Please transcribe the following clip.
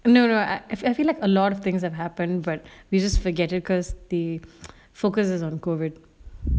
no no I I feel like a lot of things have happened but we just forget it because they focuses on COVID